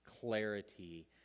clarity